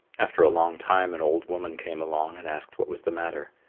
after a long time an old woman came along and asked what was the matter.